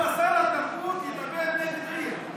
למה שר התרבות ידבר נגד עיר?